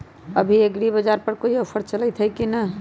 अभी एग्रीबाजार पर कोई ऑफर चलतई हई की न?